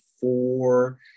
four